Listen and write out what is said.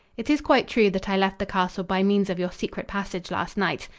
it is quite true that i left the castle by means of your secret passage last night.